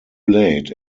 late